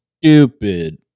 Stupid